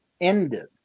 ended